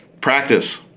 Practice